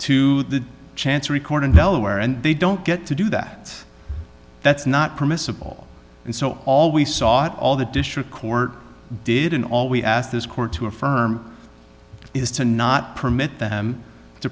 to the chancery corn in delaware and they don't get to do that that's not permissible and so all we saw at all the district court did in all we asked this court to affirm is to not permit them to